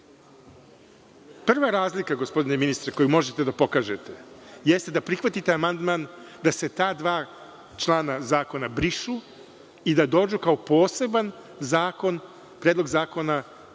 Prva razlika gospodine ministre, koju možete da pokažete jeste da prihvatite amandman da se ta dva člana zakona brišu i da dođu kao poseban predlog zakona